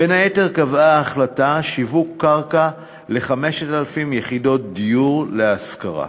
בין היתר קבעה ההחלטה שיווק קרקע ל-5,000 יחידות דיור להשכרה.